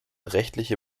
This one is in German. rechtliche